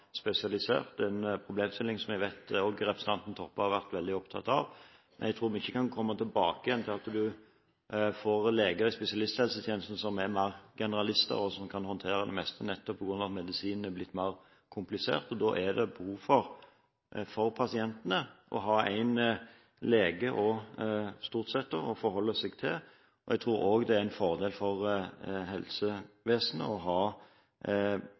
spesialisert – en problemstilling som jeg vet også representanten Toppe har vært veldig opptatt av. Jeg tror ikke vi kan gå tilbake til det at en har leger i spesialisthelsetjenesten som er mer generalister, og som kan håndtere det meste, nettopp fordi medisin er blitt mer komplisert. Da har pasientene behov for å ha en lege – stort sett – å forholde seg til. Jeg tror også det er en fordel for helsevesenet å ha mennesker som har et helhetlig ansvar for pasientene, og